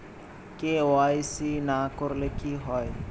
KYC না করলে কি হয়?